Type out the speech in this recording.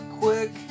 quick